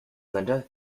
linda